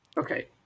Okay